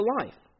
life